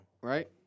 right